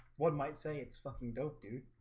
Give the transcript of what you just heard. one might say it's fucking dope, dude'